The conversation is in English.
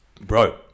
Bro